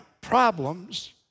problems